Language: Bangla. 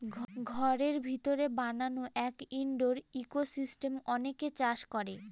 ঘরের ভিতরে বানানো এক ইনডোর ইকোসিস্টেম অনেকে চাষ করে